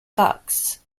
cox